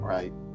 right